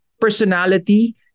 personality